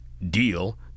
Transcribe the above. Deal